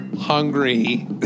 Hungry